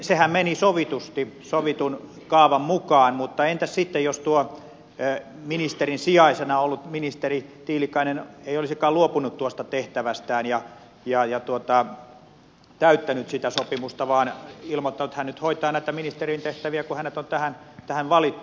sehän meni sovitusti sovitun kaavan mukaan mutta entäs sitten jos tuo ministerin sijaisena ollut ministeri tiilikainen ei olisikaan luopunut tuosta tehtävästään ja täyttänyt sitä sopimusta vaan ilmoittanut että hän nyt hoitaa näitä ministerin tehtäviä kun hänet on tähän valittu